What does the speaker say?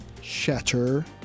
Shatter